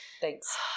Thanks